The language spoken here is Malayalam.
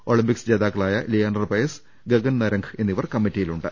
ഒളിംപിക്സ് ജേതാക്കളായ ലിയാൻഡർ പയസ് ഗഗൻ നരംഗ് എന്നിവർ കമ്മിറ്റിയിലുണ്ട്